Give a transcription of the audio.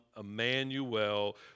Emmanuel